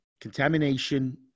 contamination